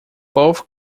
both